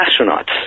astronauts